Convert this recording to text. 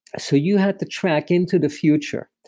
so, you had the track into the future.